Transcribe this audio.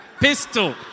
pistol